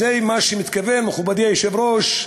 זה מה שמתכוון, מכובדי היושב-ראש,